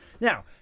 Now